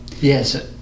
Yes